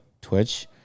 Twitch